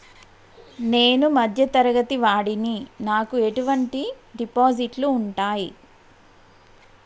నేను మధ్య తరగతి వాడిని నాకు ఎటువంటి డిపాజిట్లు ఉంటయ్?